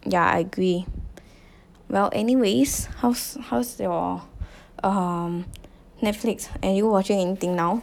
yeah I agree well anyways how's how's your um Netflix are you watching anything now